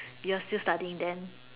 you're still studying then